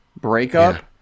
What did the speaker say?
breakup